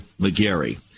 McGarry